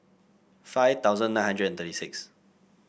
five thousand nine hundred thirty six